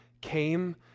came